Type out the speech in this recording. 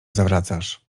zawracasz